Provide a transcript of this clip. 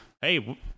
hey